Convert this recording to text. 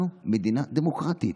אנחנו מדינה דמוקרטית.